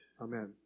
Amen